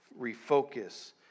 refocus